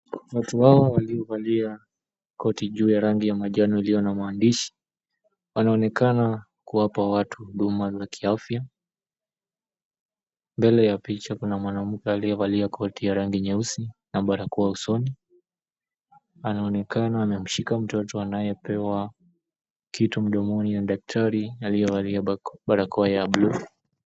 Watu hao waliovalia koti juu ya rangi ya manjano iliyo na maandishi, wanaonekana kuwapa watu huduma za kiafya. Mbele ya picha kuna mwanamke aliyevalia koti ya rangi nyeusi na barakoa usoni, anaonekana amemshika mtoto anayepewa kitu mdomoni na daktari aliyevalia barakoa ya buluu.